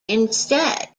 instead